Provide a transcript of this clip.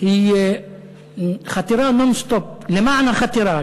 היא חתירה נון-סטופ, למען החתירה.